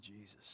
Jesus